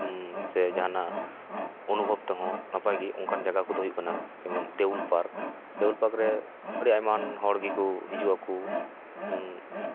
ᱥᱮ ᱡᱟᱦᱟᱸᱱᱟᱜ ᱚᱱᱩᱵᱷᱚᱵ ᱛᱮᱦᱚᱸ ᱱᱟᱯᱟᱭ ᱜᱮ ᱚᱱᱠᱟᱱ ᱡᱟᱭᱜᱟ ᱠᱚᱫᱚ ᱦᱩᱭᱩᱜ ᱠᱟᱱᱟ ᱡᱮᱢᱚᱱ ᱫᱮᱣᱩᱞ ᱯᱟᱨᱠ ᱫᱮᱣᱩᱞ ᱯᱟᱨᱠ ᱨᱮ ᱟᱹᱰᱤ ᱟᱭᱢᱟ ᱜᱟᱱ ᱦᱚᱲ ᱜᱮᱠᱚ ᱦᱤᱡᱩᱜ ᱟᱠᱚ